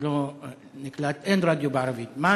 זה לא נקלט, אין רדיו בערבית.